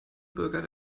bürger